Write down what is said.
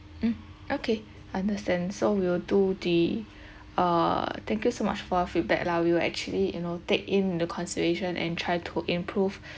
mm okay understand so we'll do the uh thank you so much for feedback lah we'll actually you know take into consideration and try to improve